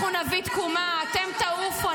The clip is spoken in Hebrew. --- אנחנו נביא תקומה, אתם תעופו.